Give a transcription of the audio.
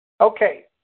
okay